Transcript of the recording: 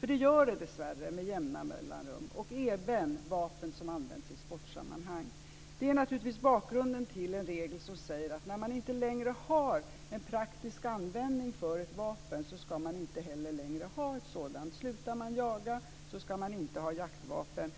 Det gör de dessvärre med jämna mellanrum. Det gäller även vapen som används i sportsammanhang. Det är naturligtvis bakgrunden till en regel som säger att när man inte längre har en praktisk användning för ett vapen ska man inte heller längre ha ett sådant. Slutar man jaga ska man inte ha jaktvapen.